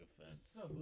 offense